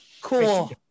Cool